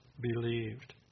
believed